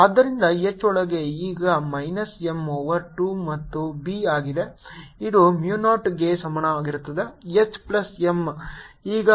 ಆದ್ದರಿಂದ H ಒಳಗೆ ಈಗ ಮೈನಸ್ M ಓವರ್ 2 ಮತ್ತು B ಆಗಿದೆ ಇದು Mu ಈಗ 0 ಗೆ ಸಮಾನವಾಗಿರುತ್ತದೆ H ಪ್ಲಸ್ M ಈಗ mu 0 M ಬೈ 2 ಆಗಿರುತ್ತದೆ